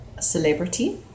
celebrity